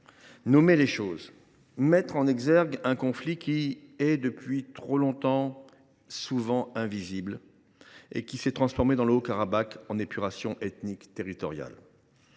nommer les choses et mettre en exergue un conflit qui est depuis trop longtemps invisible, qui s’est transformé dans le Haut Karabagh en épuration ethnique territoriale.